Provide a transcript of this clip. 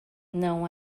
não